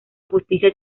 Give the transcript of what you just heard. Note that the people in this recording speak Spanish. justicia